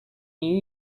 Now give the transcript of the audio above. new